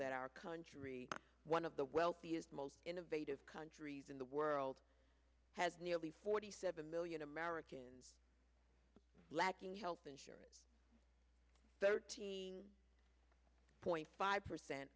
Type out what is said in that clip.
that our country one of the wealthiest most innovative countries in the world has nearly forty seven million americans lacking health insurance thirteen point five percent